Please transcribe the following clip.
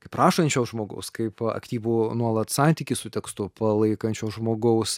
kaip rašančio žmogaus kaip aktyvų nuolat santykį su tekstu palaikančio žmogaus